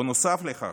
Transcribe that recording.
נוסף על כך,